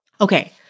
Okay